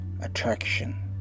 attraction